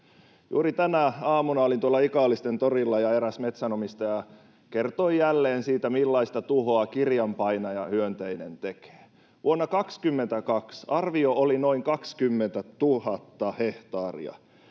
Juuri tänä aamuna olin Ikaalisten torilla ja eräs metsänomistaja kertoi jälleen siitä, millaista tuhoa kirjanpainajahyönteinen tekee. Vuonna 22 arvio oli noin 20 000 hehtaaria.